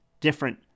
different